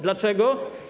Dlaczego?